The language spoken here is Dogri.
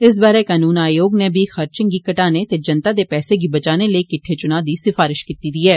इस बारे कानून आयोग नै बी खर्चे गी घटाने ते जनता दे पैसे गी बचाने लेई किट्ठे चुनाएं दी सिफारश कीती दी ऐ